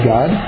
God